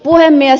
puhemies